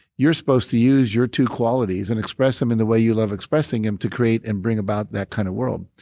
you're supposed to use your two qualities and express them in the way you love expressing them to create and bring about that kind of world.